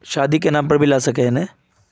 शादी के नाम पर भी ला सके है नय?